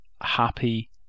happy